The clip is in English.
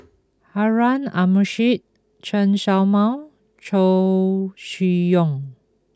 Harun Aminurrashid Chen Show Mao Chow Chee Yong